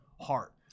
heart